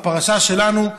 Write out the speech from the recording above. הפרשה שלנו,